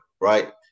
right